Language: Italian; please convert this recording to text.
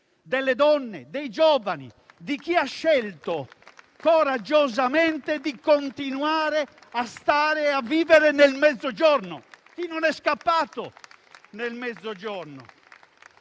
delle donne, dei giovani, di chi ha scelto coraggiosamente di continuare a vivere nel Mezzogiorno, di chi non è scappato dal Mezzogiorno.